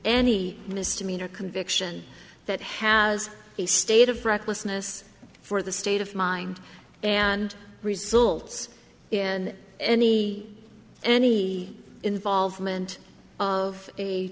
any misdemeanor conviction that has a state of recklessness for the state of mind and results in any any involvement of a